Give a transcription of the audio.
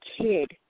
kid